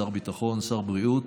שר הביטחון, שר הבריאות